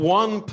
one